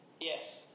Yes